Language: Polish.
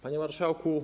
Panie Marszałku!